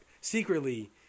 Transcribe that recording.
secretly